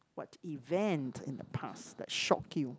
what event in the past that shocked you